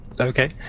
Okay